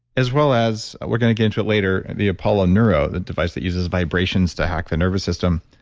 as well as, we're going to get into it later, the apollo neuro the device that uses vibrations to hack the nervous system.